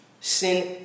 sin